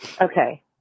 Okay